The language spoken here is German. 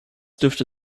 dürfte